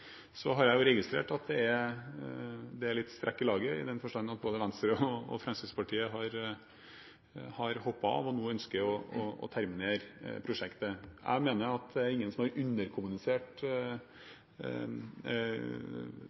Så har jeg registrert at det er litt strekk i laget, i den forstand at både Venstre og Fremskrittspartiet har hoppet av og nå ønsker å terminere prosjektet. Jeg mener ingen har underkommunisert